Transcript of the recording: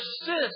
persist